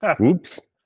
Oops